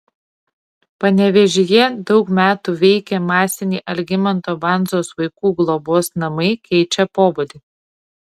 panevėžyje daug metų veikę masiniai algimanto bandzos vaikų globos namai keičia pobūdį